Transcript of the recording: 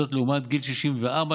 לעומת גיל 64,